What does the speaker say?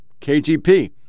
KGP